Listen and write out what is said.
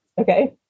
Okay